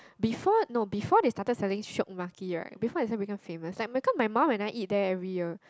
before no before they started selling shiok maki right before it started become famous like because my mum and I eat there every year